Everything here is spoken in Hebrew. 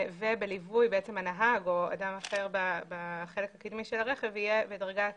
ובליווי הנהג או אדם אחר בחלק הקדמי של הרכב יהיה בדרגת